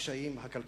הקשיים הכלכליים.